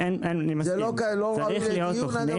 זה לא ראוי לדיון?